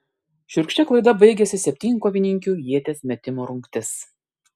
šiurkščia klaida baigėsi septynkovininkių ieties metimo rungtis